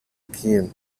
quien